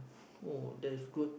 oh that's good